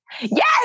Yes